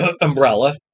umbrella